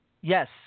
Yes